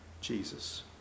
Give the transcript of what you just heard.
Jesus